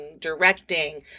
directing